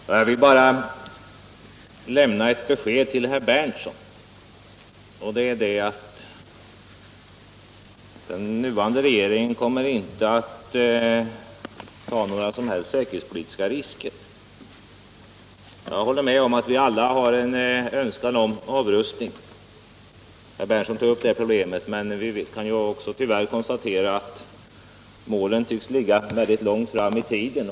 Herr talman! Jag vill bara lämna ett besked till herr Berndtson, nämligen att den nuvarande regeringen inte kommer att ta några som helst säkerhetspolitiska risker. Jag håller med om att vi alla har en önskan om avrustning, ett problem som togs upp av herr Berndtson. Men vi kan också tyvärr konstatera att målet tycks ligga mycket långt fram i tiden.